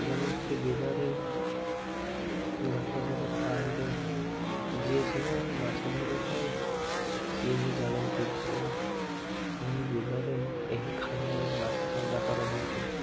ଯେମିତିକି ବିଲରେ ଗାତଯାକ ଥାଆନ୍ତି ଯିଏ ସବୁବେଳେ ମାଛ ଧରୁଥାଏ ସିଏ ହିଁ ଜାଣନ୍ତି କି ଏହି ବିଲରେ ଏହି ଖାଲରେ ମାଛ ଯାକ ରହନ୍ତି